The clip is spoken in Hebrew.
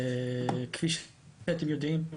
כפי שאתם יודעים,